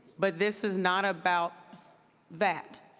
but this is not about that.